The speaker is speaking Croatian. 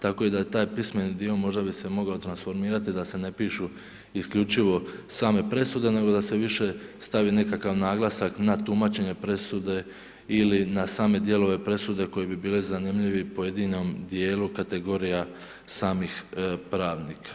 Tako da je taj pismeni dio, možda bi se mogao transformirati da se ne pišu isključivo same presude nego da se više stavi nekakav naglasak na tumačenje presude ili na same dijelove presude koji bi bili zanimljivi pojedinom dijelu kategorija samih pravnika.